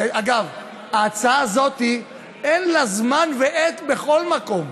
אגב, ההצעה הזאת, אין לה זמן ועת בכל מקום,